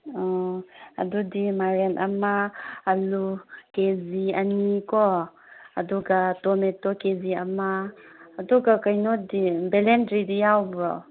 ꯑꯣ ꯑꯗꯨꯗꯤ ꯃꯥꯏꯔꯦꯟ ꯑꯃ ꯑꯂꯨ ꯀꯦꯖꯤ ꯑꯅꯤꯀꯣ ꯑꯗꯨꯒ ꯇꯣꯃꯦꯇꯣ ꯀꯦꯖꯤ ꯑꯃ ꯑꯗꯨꯒ ꯀꯩꯅꯣꯗꯤ ꯕꯦꯂꯦꯟꯗ꯭ꯔꯤꯗꯤ ꯌꯥꯎꯕ꯭ꯔꯣ